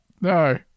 No